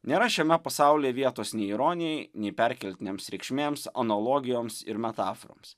nėra šiame pasaulyje vietos nei ironijai nei perkeltinėms reikšmėms analogijoms ir metaforoms